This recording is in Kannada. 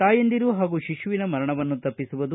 ತಾಯಂದಿರು ಹಾಗೂ ಶಿಶುವಿನ ಮರಣವನ್ನು ತಪ್ಪಿಸುವುದು